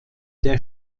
der